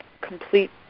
complete